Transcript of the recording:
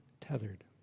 tethered